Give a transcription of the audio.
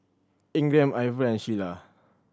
Ingram Iver and Shiela